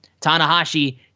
Tanahashi